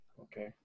Okay